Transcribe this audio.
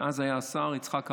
ואז היה השר יצחק אהרונוביץ'.